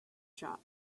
shop